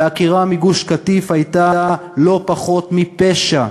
והעקירה מגוש-קטיף הייתה לא פחות מפשע.